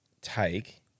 take